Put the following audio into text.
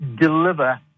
deliver